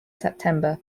september